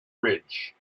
bridge